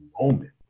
moment